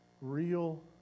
real